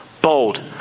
Bold